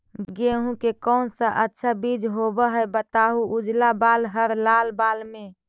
गेहूं के कौन सा अच्छा बीज होव है बताहू, उजला बाल हरलाल बाल में?